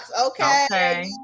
okay